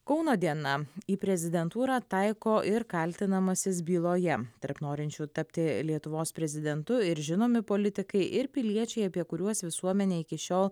kauno diena į prezidentūrą taiko ir kaltinamasis byloje tarp norinčių tapti lietuvos prezidentu ir žinomi politikai ir piliečiai apie kuriuos visuomenė iki šiol